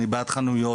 אני בעד חנויות.